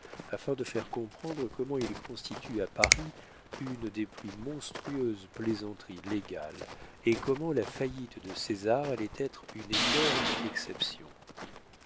afin de faire comprendre comment il constitue à paris une des plus monstrueuses plaisanteries légales et comment la faillite de césar allait être une énorme exception